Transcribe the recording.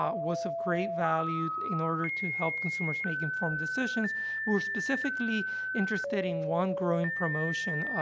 um was of great value in order to help consumers make informed decisions, we were specifically interested in one growing promotion, ah,